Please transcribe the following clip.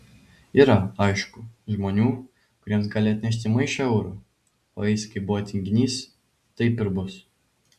yra aišku žmonių kuriems gali atnešti maišą eurų o jis kaip buvo tinginys taip ir bus